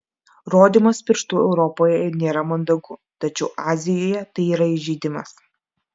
rodymas pirštu europoje nėra mandagu tačiau azijoje tai yra įžeidimas